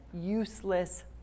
useless